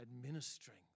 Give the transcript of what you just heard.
administering